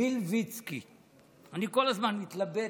מלביצקי, אני כל הזמן מתלבט,